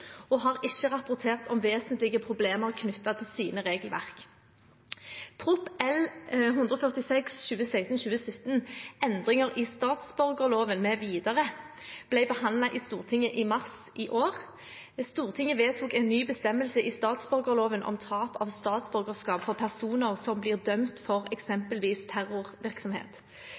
og har ikke rapportert om vesentlige problemer knyttet til sine regelverk. Prop. 146 L for 2016–2017, Endringer i statsborgerloven mv., ble behandlet i Stortinget i mars i år. Stortinget vedtok en ny bestemmelse i statsborgerloven om tap av statsborgerskap for personer som blir dømt for eksempelvis terrorvirksomhet.